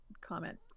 comment